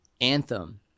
Anthem